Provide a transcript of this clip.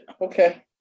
okay